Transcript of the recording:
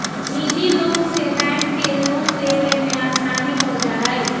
निजी लोग से बैंक के लोन देवे में आसानी हो जाहई